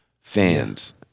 fans